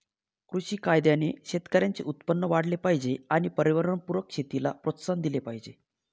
कृषी कायद्याने शेतकऱ्यांचे उत्पन्न वाढले पाहिजे आणि पर्यावरणपूरक शेतीला प्रोत्साहन दिले पाहिजे